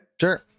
Sure